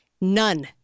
none